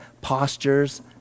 postures